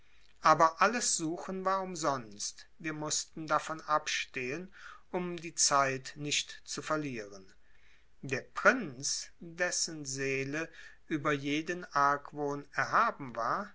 aber alles suchen war umsonst wir mußten davon abstehen um die zeit nicht zu verlieren der prinz dessen seele über jeden argwohn erhaben war